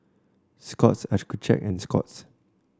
Scott's Accucheck and Scott's